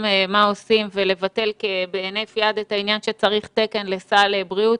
מה עושים ולבטל בהינף יד את העניין שצריך תקן לסל בריאות,